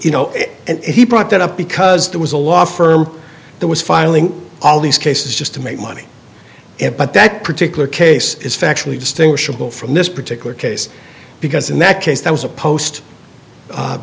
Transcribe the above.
you know and he brought that up because there was a law firm that was filing all these cases just to make money but that particular case is factually distinguishable from this particular case because in that case there was a post